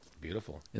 Beautiful